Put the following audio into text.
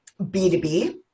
b2b